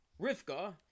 Rivka